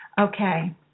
Okay